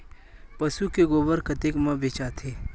पशु के गोबर कतेक म बेचाथे?